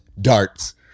darts